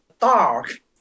dark